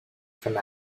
from